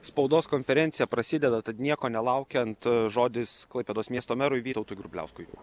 spaudos konferencija prasideda tad nieko nelaukiant žodis klaipėdos miesto merui vytautui grubliauskui